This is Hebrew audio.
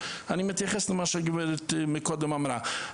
אני מתייחס למה שהגב' מקודם אמרה,